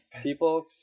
People –